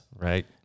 right